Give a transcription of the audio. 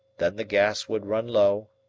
then the gas would run low,